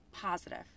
Positive